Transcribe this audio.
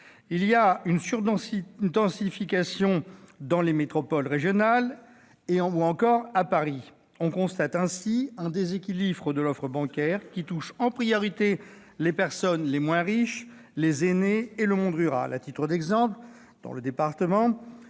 Il y a une surdensification dans les métropoles régionales ou, encore, à Paris. On constate ainsi un déséquilibre de l'offre bancaire, qui touche en priorité les personnes les moins riches, les aînés et le monde rural. À titre d'exemple, dans la Nièvre,